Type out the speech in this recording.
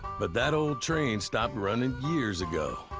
but that old train stopped running years ago,